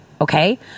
Okay